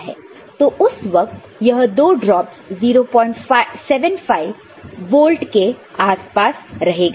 तो उस वक्त यह दो ड्रापस 075 वोल्ट के आस पास रहेगा